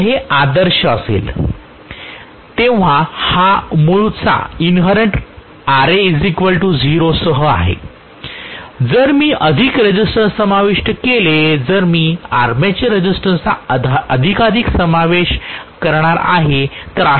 तर हे आदर्श असेल तेव्हा हा मूळचा Ra 0 सह आहे जर मी अधिक रेझिस्टन्स समाविष्ट केले जर मी आर्मेचर रेझिस्टन्सचा अधिकाधिक समावेश करणार आहे तर